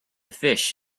fish